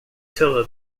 attila